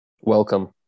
Welcome